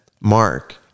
mark